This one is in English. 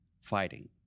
fighting